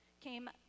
came